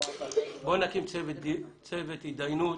בואו נקים צוות התדיינות.